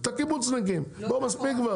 את הקיבוצניקים נו מספיק כבר.